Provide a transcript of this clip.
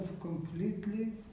completely